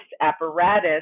apparatus